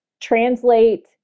translate